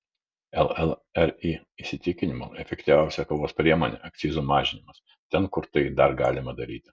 llri įsitikinimu efektyviausia kovos priemonė akcizų mažinimas ten kur tai dar galima daryti